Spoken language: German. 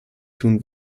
tun